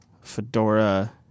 Fedora